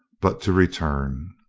but to return